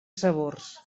sabors